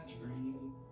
dream